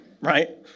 Right